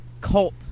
cult